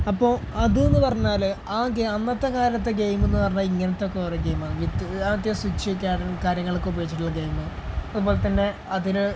അപ്പോള് അതെന്ന് പറഞ്ഞാല് ആ അന്നത്തെക്കാലത്തെ ഗെയിമെന്ന് പറഞ്ഞാല് ഇങ്ങനത്തെയൊക്കെ ഓരോ ഗെയിമാണ് കാര്യങ്ങളുമൊക്കെ ഉപയോഗിച്ചിട്ടുള്ള ഗെയിം അതുപോലെ തന്നെ അതില്